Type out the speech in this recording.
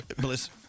Bliss